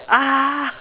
ah